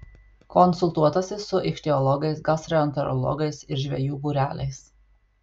konsultuotasi su ichtiologais gastroenterologais ir žvejų būreliais